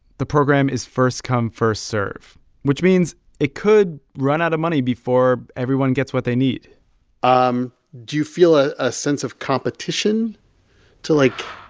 the program is first-come, first-served, which means it could run out of money before everyone gets what they need um do you feel ah a sense of competition to, like,